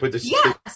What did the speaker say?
Yes